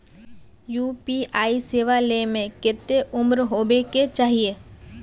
UPI सेवा ले में कते उम्र होबे के चाहिए?